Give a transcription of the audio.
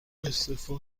استعفا